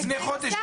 הציג השר.